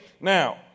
Now